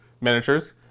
miniatures